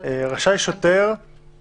השוטר צריך